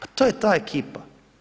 A to je ta ekipa.